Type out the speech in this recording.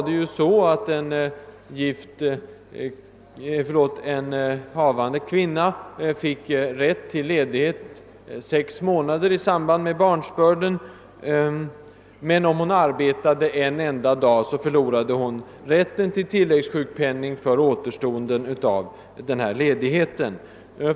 En havande kvinna har rätt till ledighet i sex månader i samband med barnsbörd. Tidigare var det så att om hon arbetade en enda dag under dessa sex månader förlorade hon rätten till tilläggssjukpenning för återstoden av ledigheten.